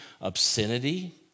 obscenity